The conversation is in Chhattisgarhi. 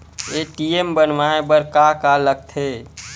ए.टी.एम बनवाय बर का का लगथे?